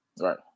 Right